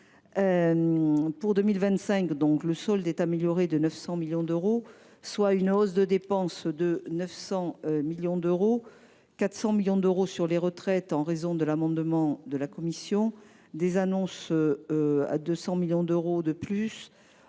Pour 2025, le solde est amélioré de 900 millions d’euros, soit une hausse des dépenses de 900 millions d’euros – 400 millions d’euros sur les retraites, en raison de l’amendement de la commission, 200 millions d’annonces